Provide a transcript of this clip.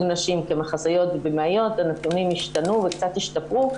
נשים כמחזאיות ובימאיות והנתונים השתנו וקצת השתפרו.